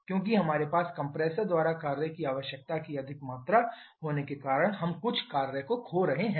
क्योंकि हमारे पास कंप्रेसर द्वारा कार्य की आवश्यकता की अधिक मात्रा होने के कारण हम कुछ कार्य को खो रहे हैं